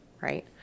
Right